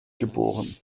geboren